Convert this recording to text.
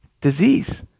disease